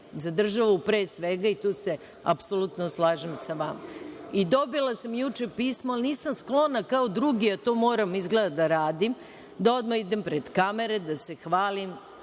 za državu pre svega i tu se apsolutno slažem sa vama. Dobila sam juče pismo, ali nisam sklona kao drugi, a to moram izgleda da radim, da odmah idem pred kamere, da se hvalim,